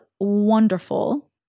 wonderful